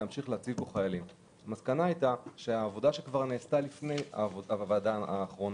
המסקנה הייתה שהעבודה שנעשתה לפני הוועדה האחרונה,